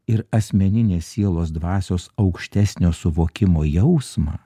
ir asmeninės sielos dvasios aukštesnio suvokimo jausmą